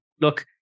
look